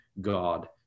God